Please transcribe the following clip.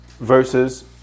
versus